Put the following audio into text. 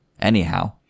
anyhow